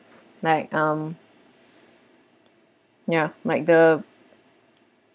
like um ya like the